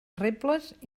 rebles